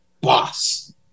boss